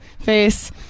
face